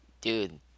Dude